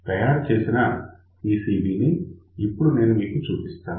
తయారుచేసిన PCB ని ఇప్పుడు నేను మీకు చూపిస్తాను